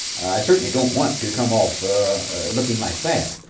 i certainly don't want to come off looking like that.